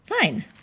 Fine